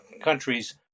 countries